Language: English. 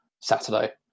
Saturday